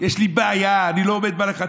יש לי בעיה, אני לא עומד בלחצים,